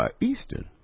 Eastern